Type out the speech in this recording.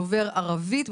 דובר ערבית,